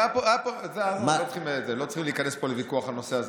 עזוב, לא צריך להיכנס פה לוויכוח בנושא הזה.